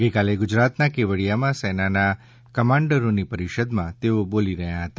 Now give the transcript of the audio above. ગઇકાલે ગુજરાતના કેવડિયામાં સેનાના કમાન્ડરોની પરિષદમાં તેઓ બોલી રહ્યા હતા